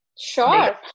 sure